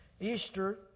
Easter